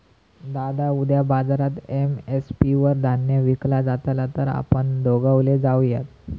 दादा उद्या बाजारात एम.एस.पी वर धान्य विकला जातला तर आपण दोघवले जाऊयात